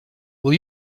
will